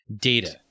Data